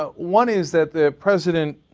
ah one is that the president